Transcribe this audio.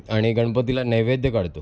आणि गणपतीला नैवेद्य काढतो